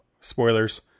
spoilers